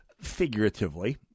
figuratively